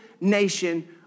nation